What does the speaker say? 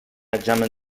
examen